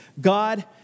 God